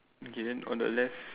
okay then on the left